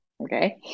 Okay